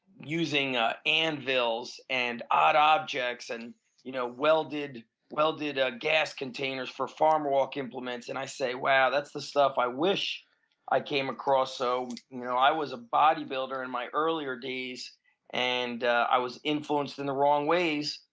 using ah anvils and odd objects and you know welded welded ah gas containers for farm walk implements, and i say wow that's the stuff i wish i came across so you know i was a bodybuilder in my earlier days and i was influenced in the wrong ways,